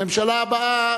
הממשלה הבאה,